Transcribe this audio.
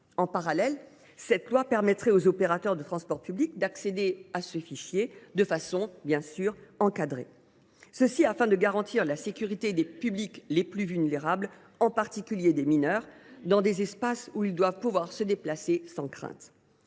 En parallèle, cette proposition de loi permettrait aux opérateurs de transport public d’accéder à ce fichier, de façon encadrée bien sûr. Le but est de garantir la sécurité des publics les plus vulnérables, en particulier des mineurs, dans des espaces où ils doivent pouvoir se déplacer sans crainte.